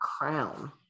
crown